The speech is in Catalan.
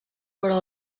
vora